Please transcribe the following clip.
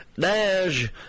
dash